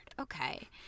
okay